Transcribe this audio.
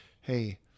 Hey